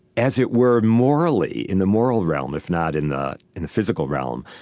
as it were, morally, in the moral realm if not in not in the physical realm,